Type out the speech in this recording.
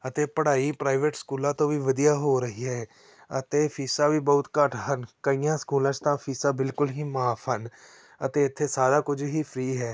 ਅਤੇ ਪੜ੍ਹਾਈ ਪ੍ਰਾਈਵੇਟ ਸਕੂਲਾਂ ਤੋਂ ਵੀ ਵਧੀਆ ਹੋ ਰਹੀ ਹੈ ਅਤੇ ਫੀਸਾਂ ਵੀ ਬਹੁਤ ਘੱਟ ਹਨ ਕਈਆਂ ਸਕੂਲਾਂ 'ਚ ਤਾਂ ਫੀਸਾਂ ਬਿਲਕੁਲ ਹੀ ਮਾਫ ਹਨ ਅਤੇ ਇੱਥੇ ਸਾਰਾ ਕੁਝ ਹੀ ਫਰੀ ਹੈ